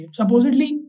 supposedly